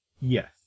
Yes